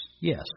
Yes